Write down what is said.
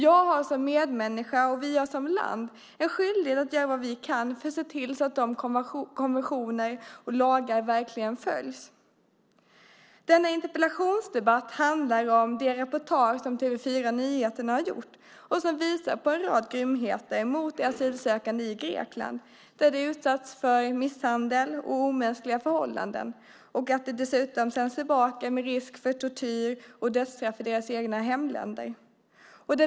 Jag som medmänniska och vi som land har en skyldighet att göra vad vi kan för att konventioner och lagar verkligen följs. Denna interpellationsdebatt handlar om det reportage som TV 4:s Nyheterna gjort och som visar på en rad grymheter mot asylsökande i Grekland. De har utsatts för misshandel och omänskliga förhållanden och sänds dessutom tillbaka med risk för tortyr och dödsstraff i hemländerna.